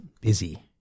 busy